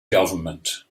government